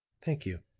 thank you,